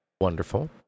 Wonderful